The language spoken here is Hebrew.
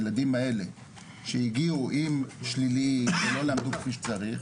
הילדים האלה שהגיעו עם שליליים ולא למדו כפי שצריך,